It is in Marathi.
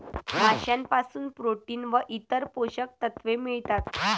माशांपासून प्रोटीन व इतर पोषक तत्वे मिळतात